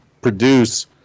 produce